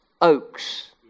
Oaks